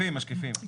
משקיפים, משקיפים.